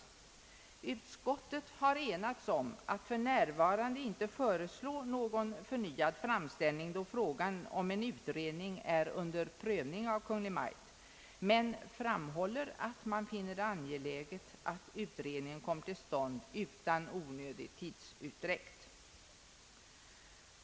Utskottet har enats om att för närvarande inte föreslå någon förnyad framställning, då frågan om en utredning är under prövning av Kungl. Maj:t, men framhåller att man finner det angeläget att utredningen kommer till stånd utan onödig tidsutdräkt.